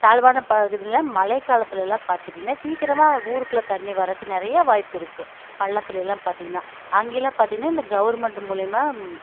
தாழ்வான பகுதியில் மழைக்காலத்திலலாம் பார்த்துட்டிங்கன்னா சீக்கிரமாக ஊருக்குள்ளே தண்ணி வரக்கு நிறைய வாய்ப்பு இருக்குது பள்ளத்துலெலாம் பார்த்தீங்கன்னா அங்கெலாம் பார்த்தீங்கன்னா இந்த கவர்மெண்ட்டு மூலயுமா